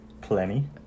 Plenty